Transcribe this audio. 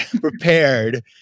prepared